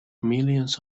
millions